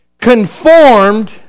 Conformed